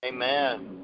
amen